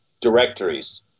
directories